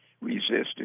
resisted